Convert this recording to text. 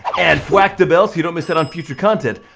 and whack the bell so you don't miss out on future content.